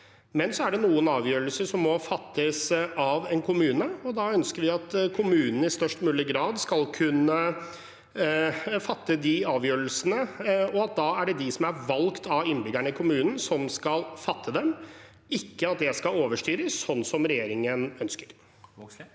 er det noen avgjørelser som må fattes av en kommune. Da ønsker vi at kommunene i størst mulig grad skal kunne fatte de avgjørelsene, og at det da er de som er valgt av innbyggerne i kommunen, som skal fatte dem – ikke at det skal overstyres, sånn som regjeringen ønsker. Lene